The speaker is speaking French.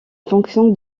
fonction